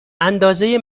اندازه